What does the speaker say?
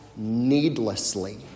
Needlessly